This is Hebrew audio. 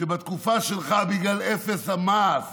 כשבתקופה שלך, בגלל אפס המעש